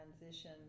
transition